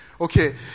Okay